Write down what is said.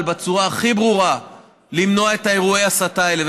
בצורה הכי ברורה למנוע את אירועי ההסתה האלה.